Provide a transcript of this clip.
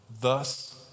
Thus